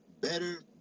better